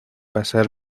pasar